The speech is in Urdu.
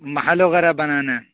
محل وغیرہ بنانا ہے